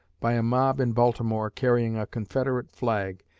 by a mob in baltimore, carrying a confederate flag,